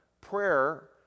prayer